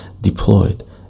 deployed